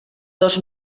dos